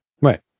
Right